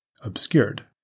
obscured